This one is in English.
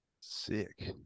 Sick